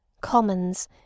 commons